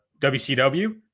WCW